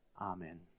Amen